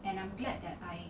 and I'm glad that I